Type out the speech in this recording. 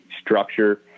structure